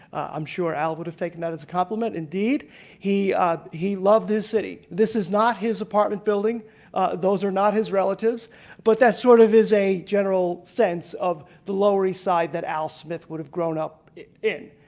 i'm sure al would have taken that as a compliment. indeed he he loved his city. this is not his apartment building those are not his relatives but that sort of is is a general sense of the lower east side that al smith would have grown up in.